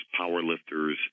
powerlifters